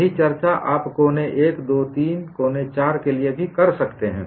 यही चर्चा आप कोने 1 कोने 2 कोने 3 कोने 4 के लिए भी कर सकते हैं